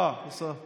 אה, יש שר.